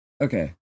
okay